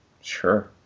Sure